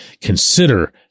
consider